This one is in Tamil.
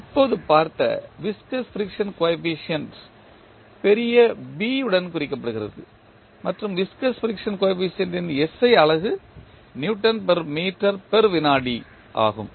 இப்போது பார்த்த விஸ்கஸ் ஃபிரிக்சன் கோஎபிசியன்ட் பெரிய B உடன் குறிக்கப்படுகிறது மற்றும் விஸ்கஸ் ஃபிரிக்சன் கோஎபிசியன்ட் ன் SI அலகு நியூட்டன்மீட்டர்விநாடி ஆகும்